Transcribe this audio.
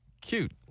cute